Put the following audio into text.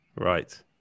Right